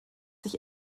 sich